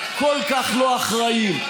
הכל-כך לא אחראיים,